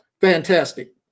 Fantastic